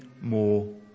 more